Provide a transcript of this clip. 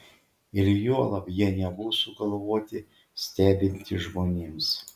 ir juolab jie nebuvo sugalvoti stebinti žmonėms